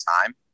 time